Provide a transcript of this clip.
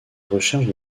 recherche